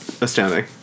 Astounding